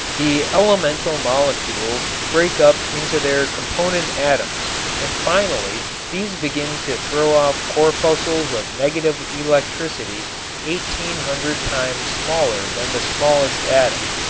the elemental molecules break up into their component atoms and finally these begin to throw off corpuscles of negative electricity eighteen hundred times smaller than the smallest atom.